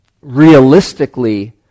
realistically